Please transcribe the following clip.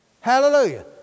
Hallelujah